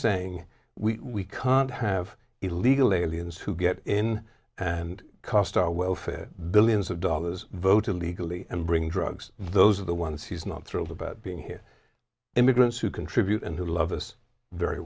saying we can't have illegal aliens who get in and cost our welfare billions of dollars voter legally and bringing drugs those are the ones he's not thrilled about being here immigrants who contribute and who love us very